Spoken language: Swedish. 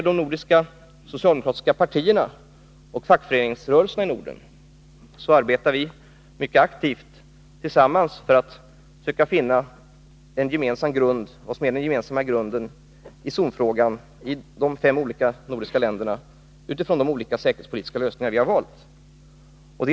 De nordiska socialdemokratiska partierna och fackföreningsrörelserna i Norden arbetar mycket aktivt tillsammans för att försöka finna vad som är den gemensamma grunden i zonfrågan i de fem olika nordiska länderna med utgångspunkt i de olika säkerhetspolitiska lösningar vi har valt.